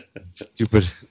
Stupid